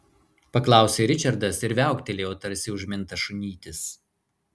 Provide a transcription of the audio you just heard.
paklausė ričardas ir viauktelėjo tarsi užmintas šunytis